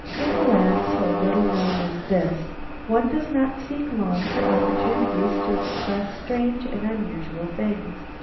in a land so little known as this one does not seek long for opportunities to express strange and unusual things.